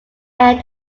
end